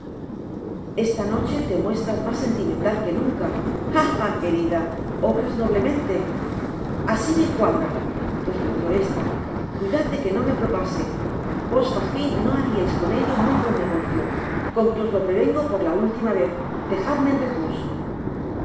esta noche te muestras mas sentimental que nunca ah lia querida obras noblemente asi me cuadra respondió esta cuidad de que no m propase vos fagin no hariais con ello muy buen negocio con que os lo prevengo por la última vez dejadme en reposo